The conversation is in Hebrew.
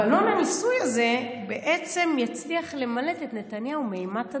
בלון הניסוי הזה בעצם יצליח למלט את נתניהו מאימת הדין,